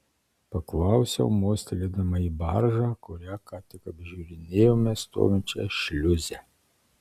paklausiau mostelėdama į baržą kurią ką tik apžiūrinėjome stovinčią šliuze